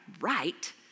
right